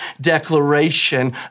declaration